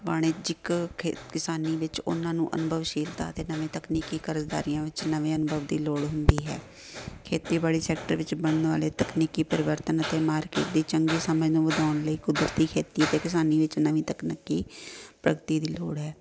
ਵਣਜੀਕ ਕਿਸਾਨੀ ਵਿੱਚ ਉਹਨਾਂ ਨੂੰ ਅਨੁਭਵਸ਼ੀਲਤਾ ਅਤੇ ਨਵੇਂ ਤਕਨੀਕੀ ਕਰਜਦਾਰੀਆਂ ਵਿੱਚ ਨਵੇਂ ਅਨੁਭਵ ਦੀ ਲੋੜ ਹੁੰਦੀ ਹੈ ਖੇਤੀਬਾੜੀ ਸੈਕਟਰ ਵਿੱਚ ਬਣਨ ਵਾਲੇ ਤਕਨੀਕੀ ਪਰਿਵਰਤਨ ਅਤੇ ਮਾਰਕੀਟ ਦੀ ਚੰਗੀ ਸਮੇਂ ਨੂੰ ਵਧਾਉਣ ਲਈ ਕੁਦਰਤੀ ਖੇਤੀ ਅਤੇ ਕਿਸਾਨੀ ਵਿੱਚ ਨਵੀਂ ਤਕਨੀਕੀ ਪ੍ਰਗਤੀ ਦੀ ਲੋੜ ਹੈ